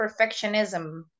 perfectionism